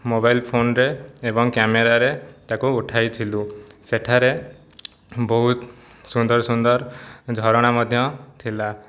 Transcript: mobile ଫୋନରେ ଏବଂ କ୍ୟାମେରାରେ ତାକୁ ଉଠାଇଥିଲୁ ସେଠାରେ ବହୁତ ସୁନ୍ଦର ସୁନ୍ଦର ଝରଣା ମଧ୍ୟ ଥିଲା